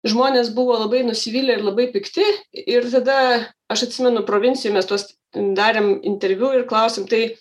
žmonės buvo labai nusivylę ir labai pikti ir tada aš atsimenu provincijoj mes tuos darėm interviu ir klausėm tai